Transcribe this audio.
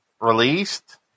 released